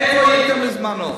איפה הייתם בזמנו?